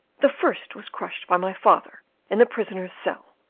the first was crushed by my father in the prisoner's cell,